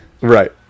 Right